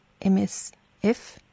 MSF